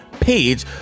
page